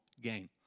gain